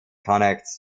connects